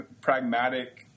pragmatic